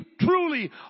truly